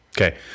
Okay